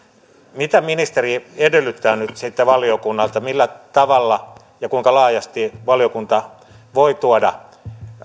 mitä ministeri edellyttää nyt sitten valiokunnalta millä tavalla ja kuinka laajasti valiokunta voi tuoda